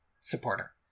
supporter